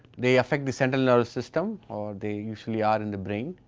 they affect the central nervous system or they usually are in the brain.